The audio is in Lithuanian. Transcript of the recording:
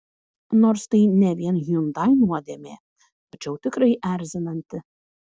nors tai ne vien hyundai nuodėmė tačiau tikrai erzinanti